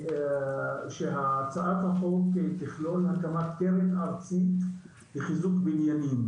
שהצעת החוק תכלול הקמת קרן ארצית לחיזוק בניינים.